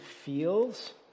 feels